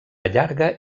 llarga